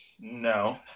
No